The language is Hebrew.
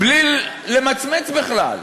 בלי למצמץ בכלל.